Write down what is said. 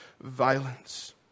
violence